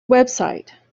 website